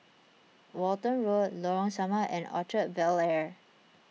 Walton Road Lorong Samak and Orchard Bel Air